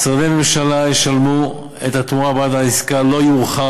משרדי ממשלה ישלמו את התמורה בעד העסקה לא יאוחר